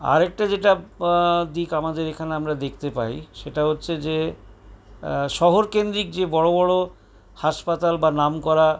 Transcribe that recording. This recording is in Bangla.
আর একটা যেটা দিক আমাদের এখানে আমরা দেখতে পাই সেটা হচ্ছে যে শহরকেন্দ্রিক যে বড় বড় হাসপাতাল বা নাম করা